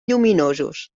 lluminosos